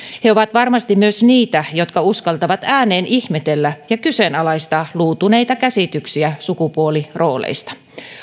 he ovat varmasti myös niitä jotka uskaltavat ääneen ihmetellä ja kyseenalaistaa luutuneita käsityksiä sukupuolirooleista